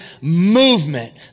movement